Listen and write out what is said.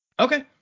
Okay